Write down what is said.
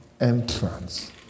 entrance